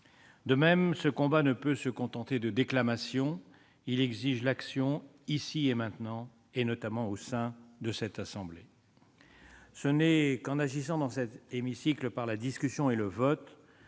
De même, ce combat ne peut se borner à des déclamations : il exige l'action, ici et maintenant, notamment au sein de notre assemblée. Ce n'est qu'en agissant, dans cet hémicycle, par la discussion et le vote